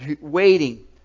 waiting